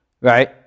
right